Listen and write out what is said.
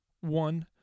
One